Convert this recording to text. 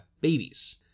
babies